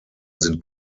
sind